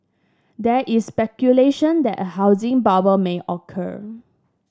there is speculation that a housing bubble may occur